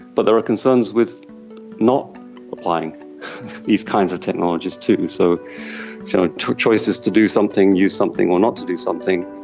but there are concerns with not applying these kinds of technologies too. so so the choice is to do something, use something, or not to do something,